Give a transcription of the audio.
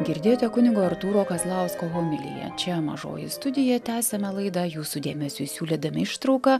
girdėjote kunigo artūro kazlausko homiliją čia mažoji studija tęsiame laidą jūsų dėmesiui siūlydami ištrauką